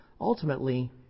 ultimately